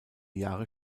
jahre